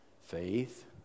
Faith